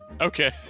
Okay